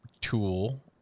tool